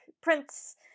prints